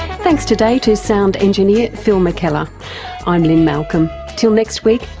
thanks today to sound engineer phil mckellar i'm lynne malcolm, till next week,